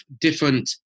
different